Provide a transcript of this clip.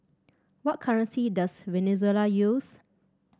what currency does Venezuela use